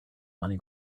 money